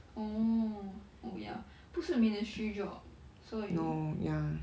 oh oh ya 不是 ministry job 所有